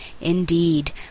indeed